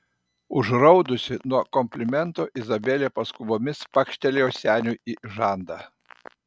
užraudusi nuo komplimento izabelė paskubomis pakštelėjo seniui į žandą